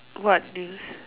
what news